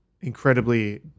incredibly